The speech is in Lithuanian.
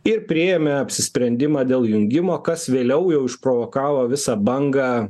ir priėjome apsisprendimą dėl jungimo kas vėliau jau išprovokavo visą bangą